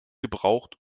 gebraucht